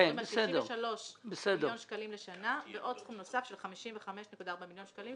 אנחנו מדברים על 63 מיליון שקלים לשנה וסכום נוסף של 55.4 מיליון שקלים,